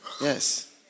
Yes